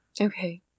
Okay